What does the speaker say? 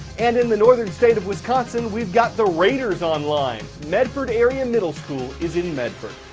and in the northern state of wisconsin, we've got the raiders online. medford area middle school is in medford.